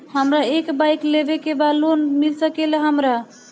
हमरा एक बाइक लेवे के बा लोन मिल सकेला हमरा?